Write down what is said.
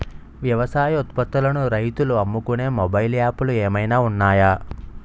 వ్యవసాయ ఉత్పత్తులను రైతులు అమ్ముకునే మొబైల్ యాప్ లు ఏమైనా ఉన్నాయా?